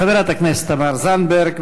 חברת הכנסת תמר זנדברג,